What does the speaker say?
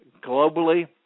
globally